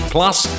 Plus